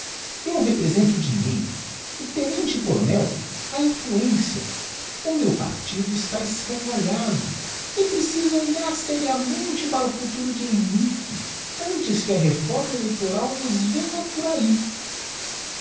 eu represento o dinheiro o tenente-coronel a influencia o meu partido está escangalhado e é preciso olhar seriamente para o futuro de henrique antes que a reforma eleitoral nos venha por ahi